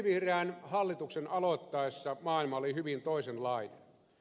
sinivihreän hallituksen aloittaessa maailma oli hyvin toisenlainen